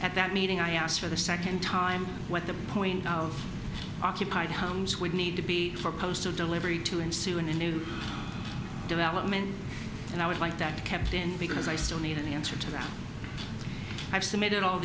at that meeting i asked for the second time what the point of occupied homes would need to be for postal delivery to ensue in a new development and i would like that kept in because i still need an answer to that i've submitted all